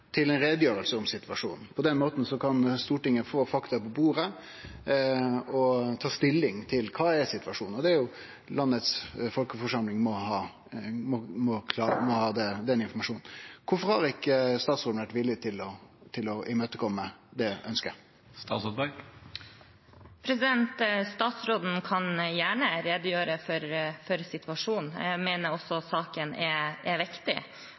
til ei utgreiing om situasjonen. På den måten kan Stortinget få fakta på bordet og ta stilling til kva situasjonen er. Nasjonalforsamlinga må ha den informasjonen. Kvifor har ikkje statsråden vore villig til å imøtekome det ønsket? Statsråden kan gjerne redegjøre for situasjonen. Jeg mener også at saken er viktig.